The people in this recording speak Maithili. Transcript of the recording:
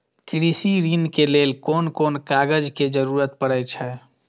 कृषि ऋण के लेल कोन कोन कागज के जरुरत परे छै?